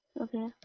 Okay